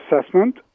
assessment